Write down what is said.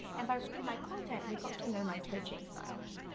and by reading my content they got to know my coaching style.